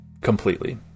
completely